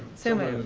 so moved.